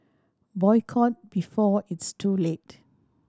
boycott before it's too late